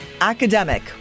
academic